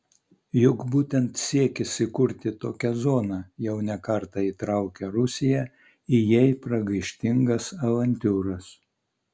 juk būtent siekis įkurti tokią zoną jau ne kartą įtraukė rusiją į jai pragaištingas avantiūras